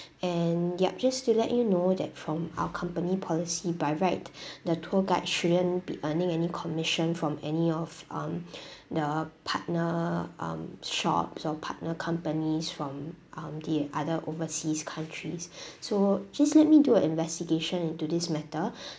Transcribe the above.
and ya just to let you know that from our company policy by right the tour guide shouldn't be earning any commission from any of um the partner um shops or partner companies from um the other overseas countries so please let me do an investigation into this matter